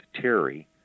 Terry